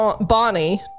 Bonnie